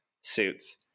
suits